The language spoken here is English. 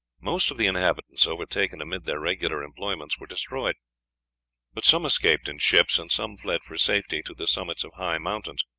most of the inhabitants, overtaken amid their regular employments, were destroyed but some escaped in ships, and some fled for safety to the summits of high mountains,